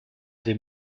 des